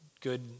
good